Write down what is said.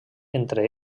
entre